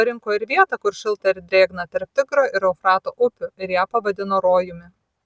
parinko ir vietą kur šilta ir drėgna tarp tigro ir eufrato upių ir ją pavadino rojumi